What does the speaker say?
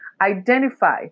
identify